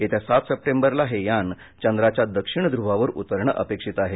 येत्या सात सप्टेंबरला हे यान चंद्राच्या दक्षिण ध्र्वावर उतरणं अपेक्षित आहे